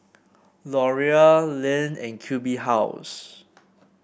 Laurier Lindt and Q B House